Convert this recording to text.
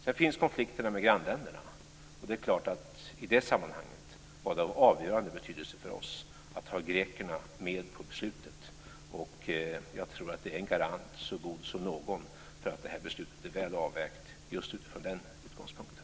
Sedan finns konflikterna med grannländerna, och det är klart att i det sammanhanget var det av avgörande betydelse för oss att ha grekerna med på beslutet. Jag tror att det är en garant så god som någon för att det här beslutet är väl avvägt just utifrån den utgångspunkten.